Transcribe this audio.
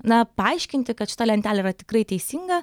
na paaiškinti kad šita lentelė yra tikrai teisinga